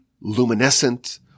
luminescent